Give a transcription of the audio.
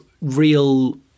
real